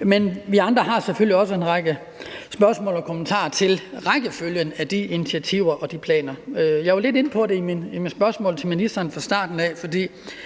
Men vi andre har selvfølgelig også en række spørgsmål og kommentarer til rækkefølgen af de initiativer og planer – jeg var lidt inde på det i mine spørgsmål til ministeren fra starten af